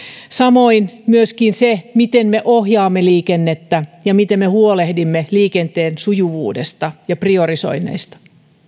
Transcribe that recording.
samoin myöskin se miten me ohjaamme liikennettä ja miten me huolehdimme liikenteen sujuvuudesta ja priorisoinneista